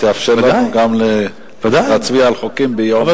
שתאפשר לנו להצביע על חוקים גם ביום שלישי.